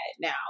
now